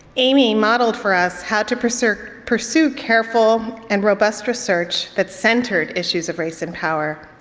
amy modeled for us how to pursue pursue careful and robust research that centered issues of race and power.